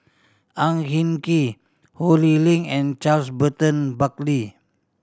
Ang Hin Kee Ho Lee Ling and Charles Burton Buckley